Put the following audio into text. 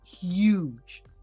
huge